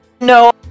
No